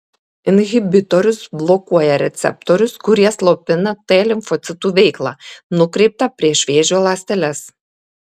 inhibitorius blokuoja receptorius kurie slopina t limfocitų veiklą nukreiptą prieš vėžio ląsteles